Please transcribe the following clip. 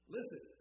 Listen